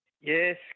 Yes